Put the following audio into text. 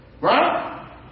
right